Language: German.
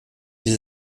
die